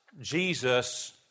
Jesus